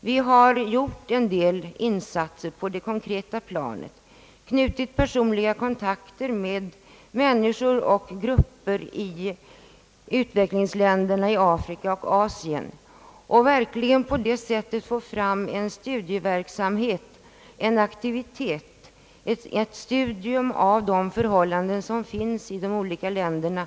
Vi har gjort en hel del insatser på det konkreta planet, knutit personliga kontakter med människor och grupper i utvecklingsländerna i Afrika och Asien och på det sättet fått i gång en studieverksamhet, en aktivitet, och ett studium av de ekonomiska och sociala förhållanden som råder i de olika länderna.